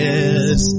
Yes